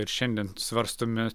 ir šiandien svarstomi